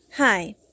Hi